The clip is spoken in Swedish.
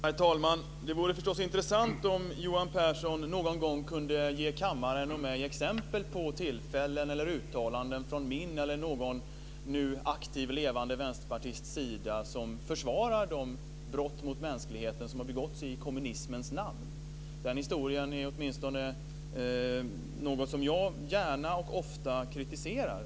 Herr talman! Det vore förstås intressant om Johan Persson någon gång kunde ge kammaren och mig exempel på tillfällen eller uttalanden från min eller någon aktiv nu levande vänsterpartists sida där vi försvarar de brott mot mänskligheten som har begåtts i kommunismens namn. Den historien är något som åtminstone jag gärna och ofta kritiserar.